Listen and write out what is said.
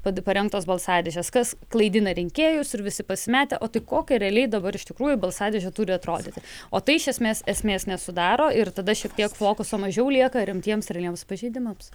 paremtos balsadėžes kas klaidina rinkėjus ir visi pasimetę o tai kokia realiai dabar iš tikrųjų balsadėžė turi atrodyti o tai iš esmės esmės nesudaro ir tada šiek tiek fokuso mažiau lieka rimtiems realiems pažeidimams